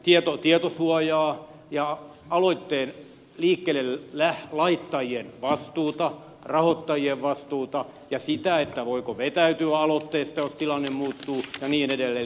tätä tietosuojaa ja aloitteen liikkeelle laittajien vastuuta rahoittajien vastuuta ja sitä voiko vetäytyä aloitteesta jos tilanne muuttuu ja niin edelleen